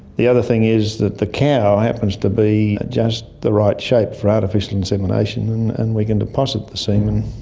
the other thing is that the cow happens to be just the right shape for artificial insemination and we can deposit the semen,